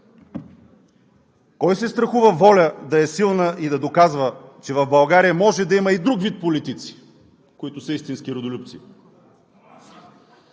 Кой се страхува ВОЛЯ да е силна и да доказва, че в България може да има и друг вид политици, които са истински родолюбци?